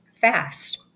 fast